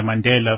Mandela